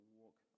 walk